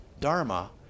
dharma